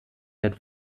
wird